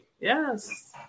Yes